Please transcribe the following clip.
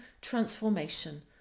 transformation